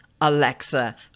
Alexa